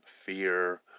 fear